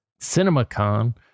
CinemaCon